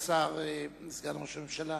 סגן ראש הממשלה,